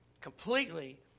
completely